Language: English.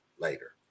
later